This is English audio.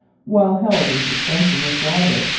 while held in suspension with water,